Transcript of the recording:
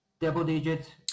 double-digit